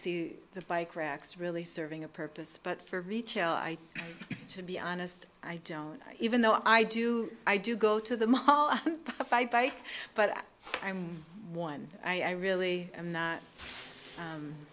see the bike racks really serving a purpose but for retail i to be honest i don't even though i do i do go to the mall if i buy but i'm one i really am